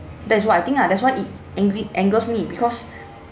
that's what I think ah that's why it angry angers me because